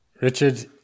Richard